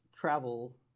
travel